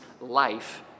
life